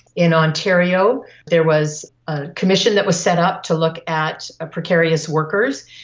in ontario there was a commission that was set up to look at ah precarious workers,